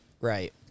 Right